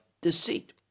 deceit